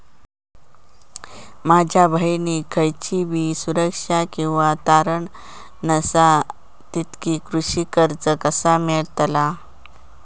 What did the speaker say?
माझ्या बहिणीक खयचीबी सुरक्षा किंवा तारण नसा तिका कृषी कर्ज कसा मेळतल?